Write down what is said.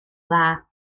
dda